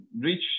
reach